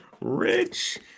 Rich